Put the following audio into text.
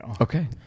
Okay